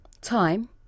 Time